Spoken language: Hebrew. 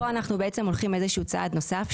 אבל פה אנחנו בעצם הולכים צעד נוסף,